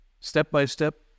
Step-by-step